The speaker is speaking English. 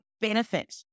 benefit